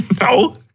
no